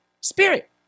spirit